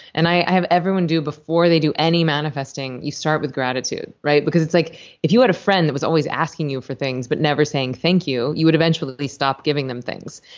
and i have everyone do. before they do any manifesting, you start with gratitude, because it's like if you had a friend that was always asking you for things but never saying thank you, you would eventually stop giving them things.